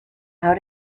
how